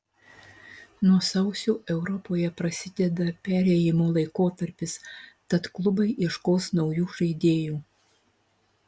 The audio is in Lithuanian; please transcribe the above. nuo sausio europoje prasideda perėjimo laikotarpis tad klubai ieškos naujų žaidėjų